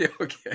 Okay